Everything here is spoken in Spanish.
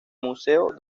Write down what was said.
museo